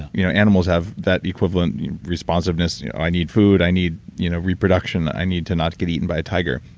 you know animals have that equivalent responsiveness. yeah i need food. i need you know reproduction. i need to not get eaten by a tiger,